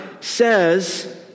says